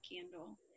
candle